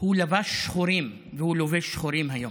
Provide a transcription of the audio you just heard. הוא לבש שחורים, הוא לובש שחורים היום.